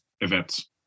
events